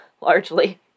largely